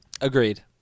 Agreed